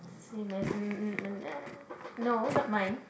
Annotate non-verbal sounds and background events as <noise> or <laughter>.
same as <noise> no not mine